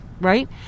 right